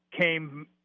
came